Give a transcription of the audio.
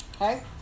okay